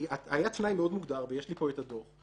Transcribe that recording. כי היה תנאי מאוד מוגדר, ויש לי פה את הדוח.